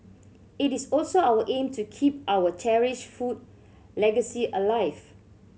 it is also our aim to keep our cherished food legacy alive